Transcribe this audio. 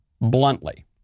bluntly